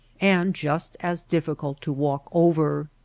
and just as diffi cult to walk over.